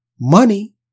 Money